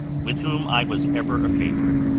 with whom i was ever a favorite.